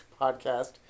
podcast